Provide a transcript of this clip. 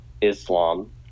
Islam